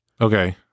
Okay